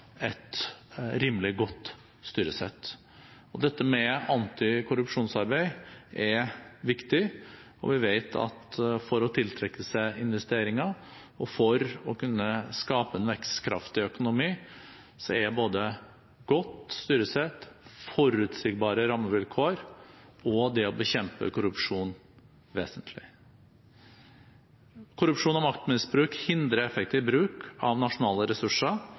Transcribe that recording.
et rimelig godt styresett. Dette med antikorrupsjonsarbeid er viktig, og vi vet at for å tiltrekke seg investeringer og for å kunne skape en vekstkraftig økonomi, er både godt styresett, forutsigbare rammevilkår og det å bekjempe korrupsjon vesentlig. Korrupsjon og maktmisbruk hindrer effektiv bruk av nasjonale ressurser,